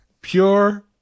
Pure